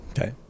Okay